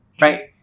Right